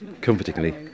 Comfortingly